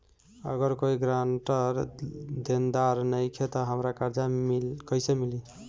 अगर कोई गारंटी देनदार नईखे त हमरा कर्जा कैसे मिली?